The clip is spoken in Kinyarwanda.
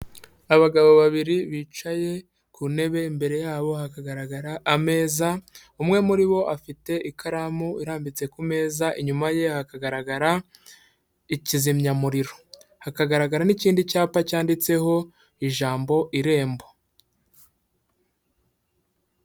Abagabo babiri bicaye ku ntebe, imbere yabo hakagaragara ameza, umwe muri bo afite ikaramu irambitse ku meza, inyuma ye hakagaragara ikizimyamuriro. Hakagaragara n'ikindi cyapa cyanditseho ijambo Irembo.